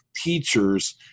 Teachers